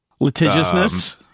Litigiousness